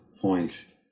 point